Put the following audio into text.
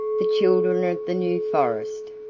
the children of the new forest,